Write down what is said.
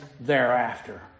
thereafter